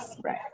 Right